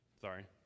Sorry